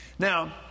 Now